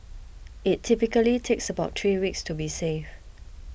it typically takes about three weeks to be safe